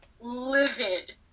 livid